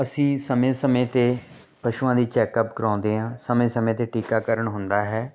ਅਸੀਂ ਸਮੇਂ ਸਮੇਂ 'ਤੇ ਪਸ਼ੂਆਂ ਦੀ ਚੈਕਅਪ ਕਰਾਉਂਦੇ ਹਾਂ ਸਮੇਂ ਸਮੇਂ 'ਤੇ ਟੀਕਾਕਰਨ ਹੁੰਦਾ ਹੈ